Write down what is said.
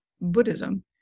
Buddhism